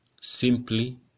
Simply